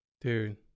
Dude